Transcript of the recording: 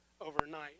Overnight